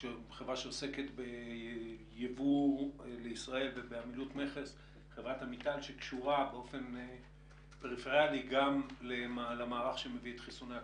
חברה שעוסקת בייבוא לישראל וקשורה גם למערך שמביא את חיסוני הקורונה.